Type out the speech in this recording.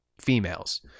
females